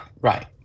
right